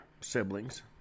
siblings